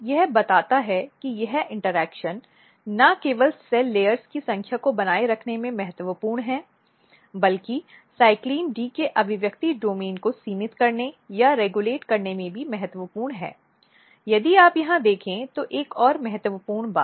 यह बताता है कि यह इंटरैक्शन न केवल सेल लेयर्स की संख्या को बनाए रखने में महत्वपूर्ण है बल्कि CYCLIN D के अभिव्यक्ति डोमेन को सीमित करने या रेगुलेट करने में भी महत्वपूर्ण है यदि आप यहां देखें तो एक और महत्वपूर्ण बात